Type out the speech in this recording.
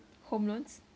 home loans